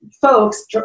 folks